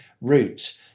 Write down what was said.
route